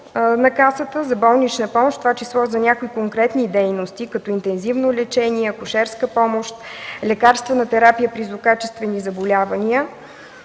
на Касата за болнична помощ, в това число за някои конкретни дейности, като интензивно лечение, акушерска помощ, лекарствена терапия при злокачествени заболявания,